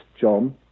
John